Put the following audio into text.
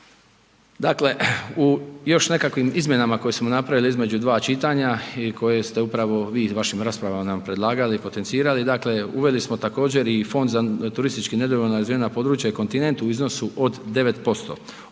Dakle, u još nekakvim izmjenama koje smo napravili između dva čitanja i koje ste upravi vi u vašim raspravama nam predlagali i potencirali, dakle, uveli smo također i fond za turistički nedovoljno razvijena područja i kontinent u iznosu 9%.